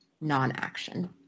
non-action